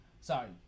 Sorry